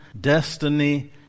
destiny